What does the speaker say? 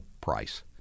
price